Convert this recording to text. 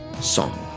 song